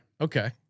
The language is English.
Okay